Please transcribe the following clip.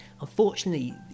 unfortunately